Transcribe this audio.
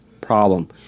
problem